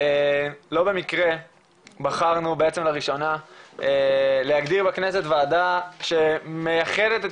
לא במקרה בחרנו בעצם לראשונה להגדיר בכנסת ועדה שמייחדת את